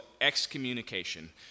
excommunication